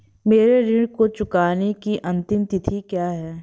मेरे ऋण को चुकाने की अंतिम तिथि क्या है?